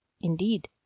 Indeed